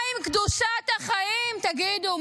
מה עם קדושת החיים, תגידו?